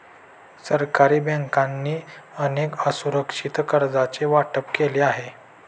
सरकारी बँकांनी अनेक असुरक्षित कर्जांचे वाटप केले आहे